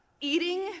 Eating